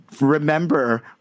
remember